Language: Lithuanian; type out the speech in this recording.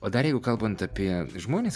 o dar jeigu kalbant apie žmones